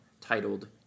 titled